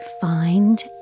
find